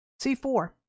C4